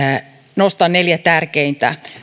nostan neljä tärkeintä